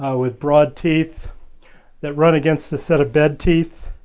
ah with broad teeth that run against the set of bed teeth